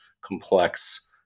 complex